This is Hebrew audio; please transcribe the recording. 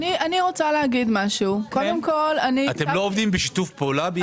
אתם לא עובדים בשיתוף פעולה?